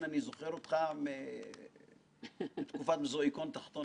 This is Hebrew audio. אני זוכר אותך מתקופת המזוזואיקון התחתון.